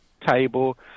table